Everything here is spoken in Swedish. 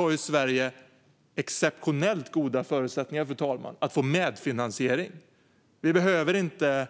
Här har Sverige exceptionellt goda förutsättningar att få medfinansiering. Vi behöver inte